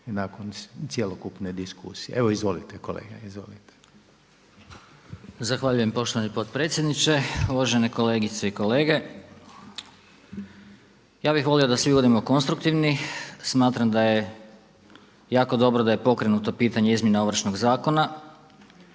nakon cjelokupne diskusije. Evo izvolite kolega, izvolite. **Aleksić, Goran (SNAGA)** Zahvaljujem potpredsjedniče, uvažene kolegice i kolege. Ja bih volio da svi budemo konstruktivni. Smatram da je jako dobro da je pokrenuto pitanje izmjena Ovršnog zakona.